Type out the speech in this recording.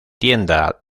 tienda